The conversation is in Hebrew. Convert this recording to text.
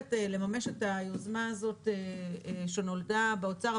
שהולכת לממש את היוזמה הזאת שנולדה באוצר,